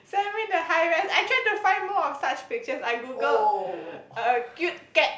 send me the high res I tried to find more of such pictures I Googled a cute cat